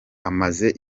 amaze